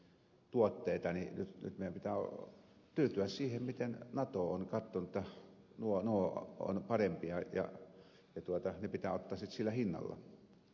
nyt meidän pitää tyytyä siihen miten nato on katsonut jotta nuo ovat parempia ja ne pitää ottaa sitten sillä hinnalla